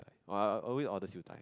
no I I'll always order siew dai it's like